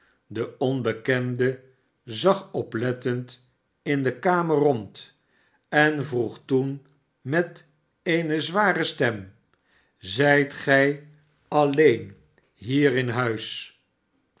de onbekende zag oplettend in de kamer rond en vroeg toen met eene zware stem zijt gij alleen hier in huis